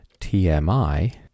TMI